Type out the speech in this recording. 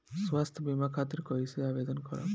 स्वास्थ्य बीमा खातिर कईसे आवेदन करम?